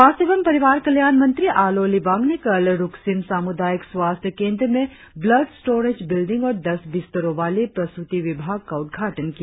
स्वास्थ्य एवं परिवार कल्याण मंत्री आलो लिबांग ने कल रुकसिंग सामुदायिक स्वास्थ्य केंद्र में ब्लॉड स्टोरेज बिल्डींग और दस बिस्तरों वाली प्रसूति विभाग का उद्घाटन किया